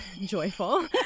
joyful